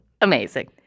Amazing